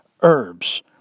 herbs